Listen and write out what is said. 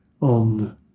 on